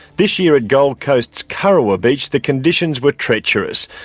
this year at gold coast's kurrawa beach, the conditions were treacherous.